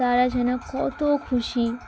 তারা যেন কত খুশি